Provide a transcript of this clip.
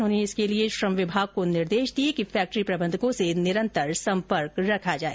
उन्होंने इसके लिए श्रम विभाग को निर्देश दिए कि फैक्ट्री प्रबंधकों से निरंतर सम्पर्क रखा जाए